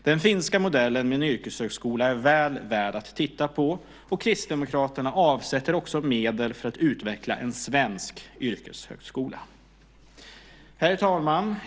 Den finska modellen med en yrkeshögskola är väl värd att titta på. Kristdemokraterna avsätter också medel för att utveckla en svensk yrkeshögskola. Herr talman!